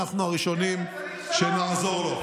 אנחנו הראשונים שנעזור לו.